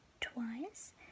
twice